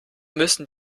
müssen